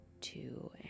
two